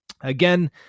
again